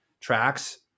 tracks